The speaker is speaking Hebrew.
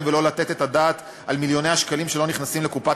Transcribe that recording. ולא לתת את הדעת על מיליוני השקלים שלא נכנסים לקופת